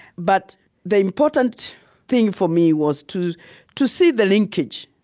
but the important thing for me was to to see the linkage,